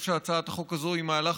למה לא?